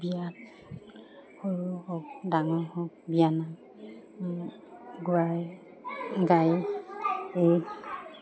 বিয়াত সৰু হওক ডাঙৰ হওক বিয়ানাম গোৱাই গায় এই